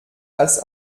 als